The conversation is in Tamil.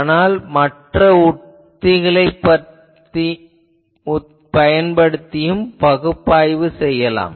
ஆனால் மற்ற உத்திகளைப் பயன்படுத்தியும் பகுப்பாய்வை சிறப்பாக செய்யலாம்